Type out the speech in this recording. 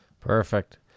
perfect